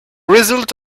result